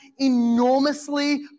enormously